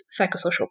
psychosocial